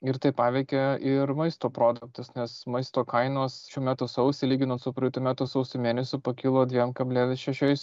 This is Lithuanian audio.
ir tai paveikė ir maisto produktus nes maisto kainos šių metų sausį lyginant su praeitų metų sausio mėnesiu pakilo dviem kablelis šešiais